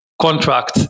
contract